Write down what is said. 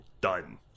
done